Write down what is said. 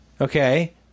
okay